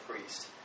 priest